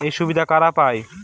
এই সুবিধা কারা পায়?